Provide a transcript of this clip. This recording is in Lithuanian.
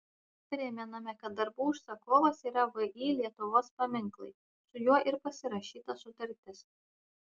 primename kad darbų užsakovas yra vį lietuvos paminklai su juo ir pasirašyta sutartis